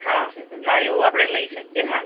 હા હા એવું આપણે લઈ શકીએ હાં